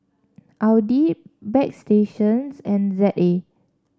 Audi Bagstationz and Z A